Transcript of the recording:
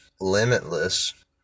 Limitless